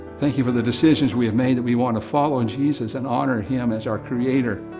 thank you for the decisions we have made, that we want to follow jesus and honor him as our creator,